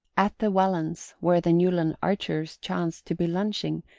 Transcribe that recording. at the wellands', where the newland archers chanced to be lunching,